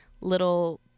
little